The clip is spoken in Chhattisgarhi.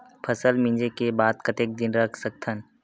फसल मिंजे के बाद कतेक दिन रख सकथन?